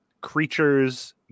creatures